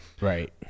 right